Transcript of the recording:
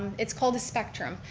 it's called a spectrum,